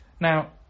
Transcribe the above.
Now